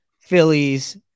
Phillies